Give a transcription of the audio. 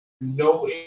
no